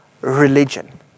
religion